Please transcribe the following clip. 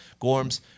Gorms